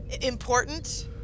important